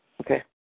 Okay